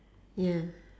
yes